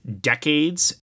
decades